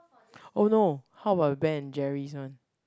oh no how about Ben and Jerry's one